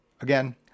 Again